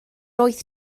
wyth